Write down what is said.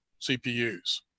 CPUs